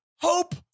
Hope